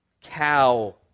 cow